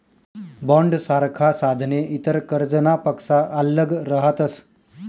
बॉण्डसारखा साधने इतर कर्जनापक्सा आल्लग रहातस